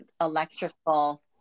electrical